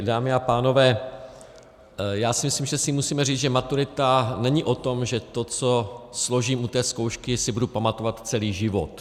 Dámy a pánové, já si myslím, že si musíme říct, že maturita není o tom, že to, co složím u té zkoušky, si budu pamatovat celý život.